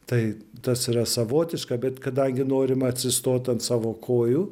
tai tas yra savotiška bet kadangi norima atsistot ant savo kojų